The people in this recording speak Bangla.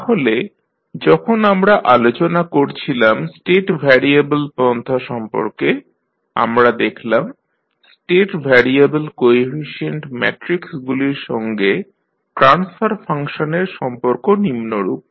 তাহলে যখন আমরা আলোচনা করছিলাম স্টেট ভ্যারিয়াবেল পন্থা সম্পর্কে আমরা দেখলাম স্টেট ভ্যারিয়াবেল কোএফিশিয়েন্ট ম্যাট্রিক্সগুলির সঙ্গে ট্রান্সফার ফাংশনের সম্পর্ক নিম্নরূপ